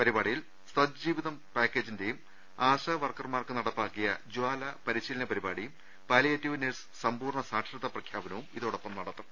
പരിപാടിയിൽ സത്ജീവിതം പാക്കേജിന്റെയും ആശാവർക്കർമാർക്ക് നടപ്പാക്കിയ ജാല പരിശ്രീലന പരിപാടിയും പാലിയേറ്റീവ് നഴ്സ് സമ്പൂർണ്ണ സാക്ഷരതാ പ്രഖ്യാപനവും ഇതോടൊപ്പം നടക്കും